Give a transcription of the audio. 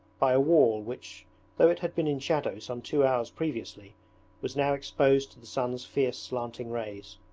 by a wall which though it had been in shadow some two hours previously was now exposed to the sun's fierce slanting rays.